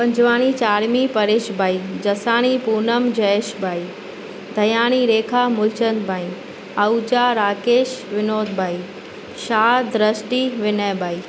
पंजवाणी चारमी परेश भाई जैसाणी पूनम जयेश भाई तयाणी रेखा मूलचंद भाई अहुजा राकेश विनोद भाई शाहद रस्ती विनय भाई